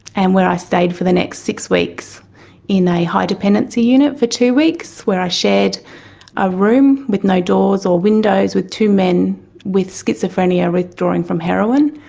and where i stayed for the next six weeks in a high dependency unit for two weeks where i shared a room with no doors or windows with two men with schizophrenia withdrawing from heroin.